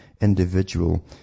individual